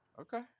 Okay